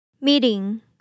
Meeting